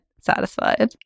satisfied